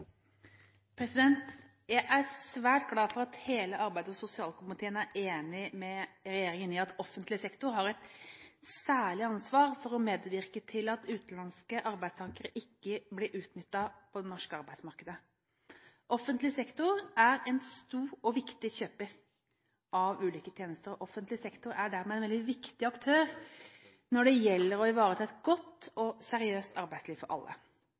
svært glad for at hele arbeids- og sosialkomiteen er enig med regjeringen i at offentlig sektor har et særlig ansvar for å medvirke til at utenlandske arbeidstakere ikke blir utnyttet på det norske arbeidsmarkedet. Offentlig sektor er en stor og viktig kjøper av ulike tjenester. Offentlig sektor er dermed en veldig viktig aktør når det gjelder å ivareta et godt og seriøst arbeidsliv for alle.